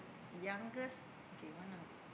youngest okay one of